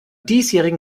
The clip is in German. diesjährigen